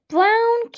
Brown